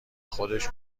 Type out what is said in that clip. خودش